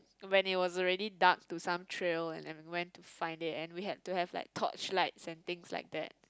when it was already dark to some trail and we went to find it and we have to have like torchlights and things like that